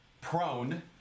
prone